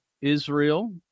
Israel